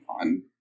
on